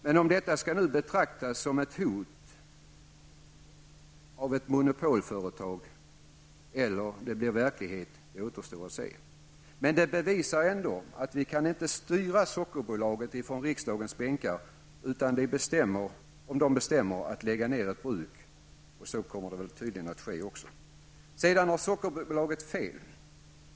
Men om detta skall betraktas som ett hot från ett monopolföretag eller om det blir verklighet återstår att se. Det bevisar ändå att vi inte kan styra Sockerbolaget från riksdagens bänkar om de bestämmer sig för att lägga ned ett bruk. Så kommer tydligen att ske också. Men Sockerbolaget har fel.